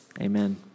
Amen